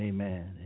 Amen